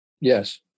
Yes